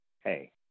hey